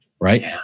right